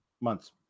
Months